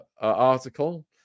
article